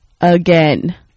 again